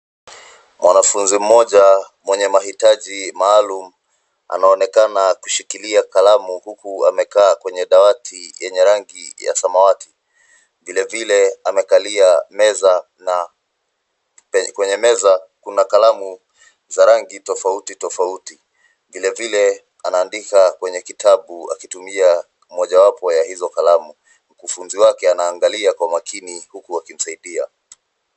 Mwanafunzi moja mwenye mahitaji maalum anaonekana kushikilia kalamu huku amekaa kwenye dawati yenye rangi ya samawati. Vilevile amekalia meza na kwenye meza kuna kalamu za rangi tofauti tofauti. Vilevile anaandika kwenye kitabu akitumia mojawapo ya hizo kalamu. Mkufunzi wake anaangalia kwa makini huku akimsaidia.